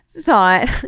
thought